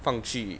放去